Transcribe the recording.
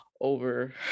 over